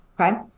okay